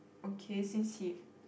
okay since he